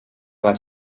laat